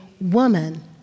woman